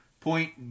Point